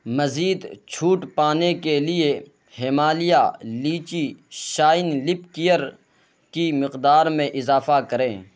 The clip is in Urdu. مزید چھوٹ پانے کے لیے Himalaya lychee shine lip care کی مقدار میں اضافہ کریں